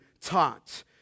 taught